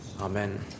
Amen